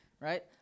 Right